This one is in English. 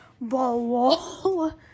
ball-wall